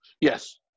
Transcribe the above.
Yes